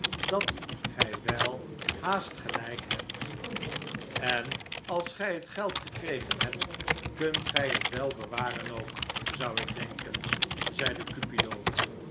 dat gij wel haast gelijk hebt en als gij het geld gekregen hebt kunt gij het wel bewaren ook zou ik denken zeide cupido